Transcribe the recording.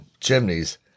chimneys